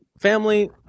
Family